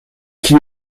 qui